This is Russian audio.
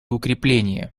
укрепления